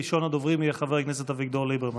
וראשון הדוברים יהיה חבר הכנסת אביגדור ליברמן.